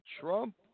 Trump